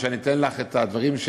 או שאני אתן לך את הדברים של